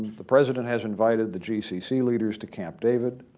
the president has invited the gcc leaders to camp david.